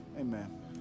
Amen